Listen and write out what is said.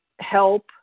Help